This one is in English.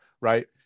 right